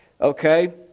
Okay